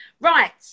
Right